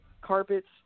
carpets